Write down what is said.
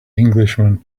englishman